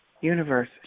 Universe